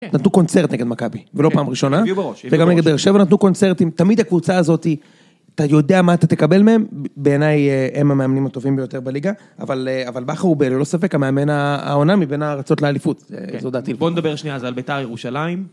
נתנו קונצרט נגד מכבי, ולא פעם ראשונה. כן, הביאו בראש, הביאו בראש. וגם נגד באר שבע נתנו קונצרטים, תמיד הקבוצה הזאתי, אתה יודע מה אתה תקבל מהם, בעיניי הם המאמנים הטובים ביותר בליגה. אבל, אבל בכר הוא ב.. ללא ספק, המאמן העונה מבין ההרצות לאליפות, זו דעתי. בוא נדבר שנייה אז על ביתר ירושלים.